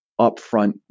upfront